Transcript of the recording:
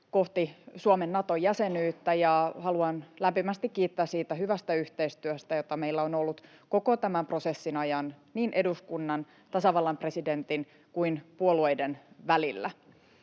kohti Suomen Nato-jäsenyyttä, ja haluan lämpimästi kiittää siitä hyvästä yhteistyöstä, jota meillä on ollut koko tämän prosessin ajan niin eduskunnan, tasavallan presidentin kuin puolueiden välillä.